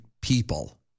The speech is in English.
people